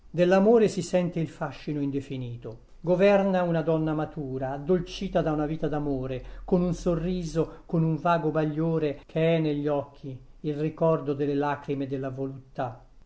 dell'amore si sente il fascino indefinito governa una donna matura addolcita da una vita d'amore con un sorriso con un vago bagliore che è negli occhi il ricordo delle lacrime della voluttà